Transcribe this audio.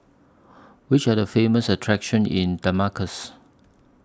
Which Are The Famous attractions in Damascus